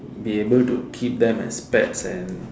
be able to keep them as pets and